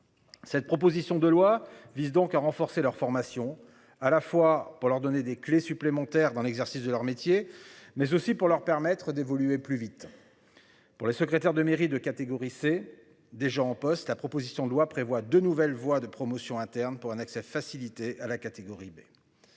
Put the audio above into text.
Cette proposition de loi vise donc à renforcer leur formation à la fois pour leur donner des clés supplémentaires dans l'exercice de leur métier mais aussi pour leur permettre d'évoluer plus vite. Pour la secrétaire de mairie de catégorie C des gens en poste. La proposition de loi prévoit de nouvelles voies de promotion interne pour un accès facilité à la catégorie B.